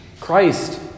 Christ